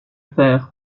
faire